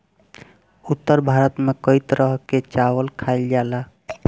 उत्तर भारत में कई तरह के चावल खाईल जाला